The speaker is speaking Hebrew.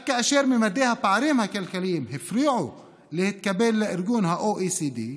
רק כאשר ממדי הפערים הכלכליים הפריעו להתקבל ל-OECD,